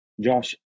Josh